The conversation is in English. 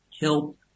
help